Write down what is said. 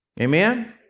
Amen